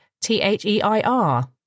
T-H-E-I-R